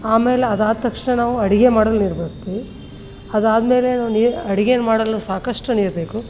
ಆಮೇಲೆ ಅದು ಆದ ತಕ್ಷಣ ನಾವು ಅಡುಗೆ ಮಾಡಲು ನೀರು ಬಳಸ್ತೀವಿ ಅದಾದಮೇಲೆ ನಾವು ನೀರು ಅಡಿಗೆನ ಮಾಡಲು ಸಾಕಷ್ಟು ನೀರು ಬೇಕು